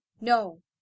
No